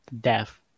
death